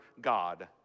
God